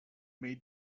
may